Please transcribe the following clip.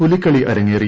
പുലിക്കളി അരങ്ങേറി